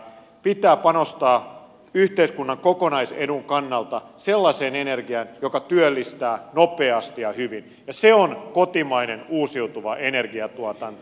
pitää panostaa yhteiskunnan kokonaisedun kannalta sellaiseen energiaan joka työllistää nopeasti ja hyvin ja se on kotimainen uusiutuva energiatuotanto